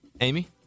Amy